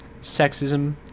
sexism